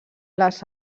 les